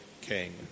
king